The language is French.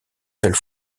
seule